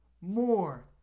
more